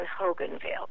Hoganville